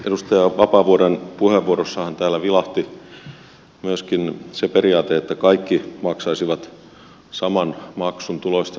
edustaja vapaavuoren puheenvuorossahan täällä vilahti myöskin se periaate että kaikki maksaisivat saman maksun tuloista riippumatta